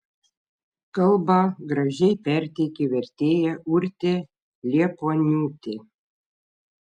kalbą gražiai perteikė vertėja urtė liepuoniūtė